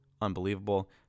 unbelievable